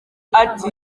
ati